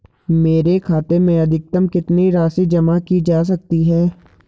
मेरे खाते में अधिकतम कितनी राशि जमा की जा सकती है?